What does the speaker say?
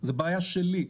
זה בעיה שלי.